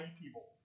people